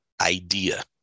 idea